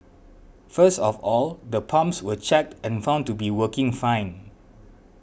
first of all the pumps were checked and found to be working fine